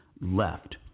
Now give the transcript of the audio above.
left